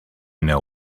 know